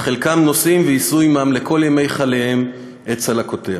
וחלקם נושאים ויישאו עמם לכל ימי חייהם את צלקותיה.